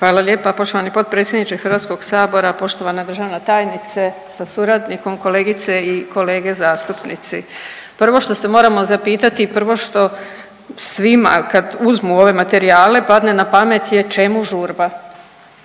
Hvala lijepa poštovani potpredsjedniče Hrvatskog sabora. Poštovana državna tajnice sa suradnikom, kolegice i kolege zastupnici, prvo što se moramo zapitati i prvo što svima kad uzmu ove materijale padne na pamet je čemu žurba.